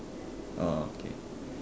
uh okay